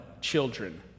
children